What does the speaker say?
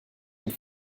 und